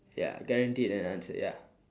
ya guaranteed an answer ya